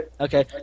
Okay